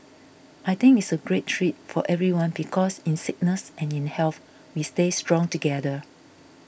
I think it's a great treat for everyone because in sickness and in health we stay strong together